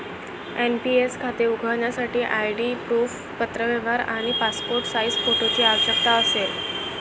NPS खाते उघडण्यासाठी ID proof, पत्रव्यवहार आणि पासपोर्ट साइज फोटोची आवश्यकता असेल